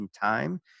time